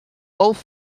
both